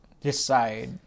decide